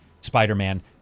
Spider-Man